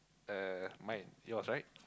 uh mine yours right